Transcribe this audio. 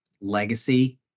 legacy